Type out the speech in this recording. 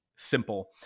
simple